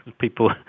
people